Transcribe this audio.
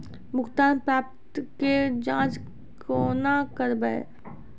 भुगतान प्राप्ति के जाँच कूना करवै?